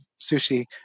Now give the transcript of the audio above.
sushi